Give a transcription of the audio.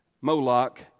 Moloch